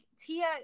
Tia